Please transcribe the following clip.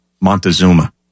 Montezuma